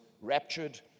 raptured